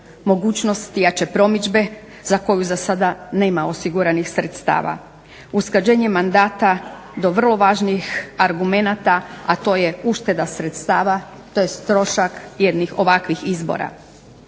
mogućnost jače promidžbe za koju za sada nema osiguranih sredstava. Usklađenje mandata do vrlo važnih argumenata, a to je ušteda sredstava tj. trošak jednih ovakvih izbora.